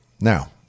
Now